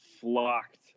flocked